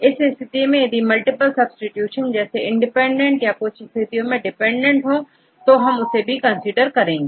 इस स्थिति में यदि मल्टीपल सब्सीट्यूशन जैसे इंडिपेंडेंट या कुछ स्थितियों में डिपेंडेंट हो तो भी हम इसे कंसीडरेशन में रखेंगे